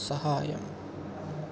സഹായം